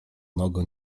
nogą